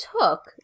took